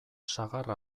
sagar